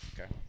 Okay